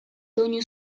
doinu